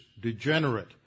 degenerate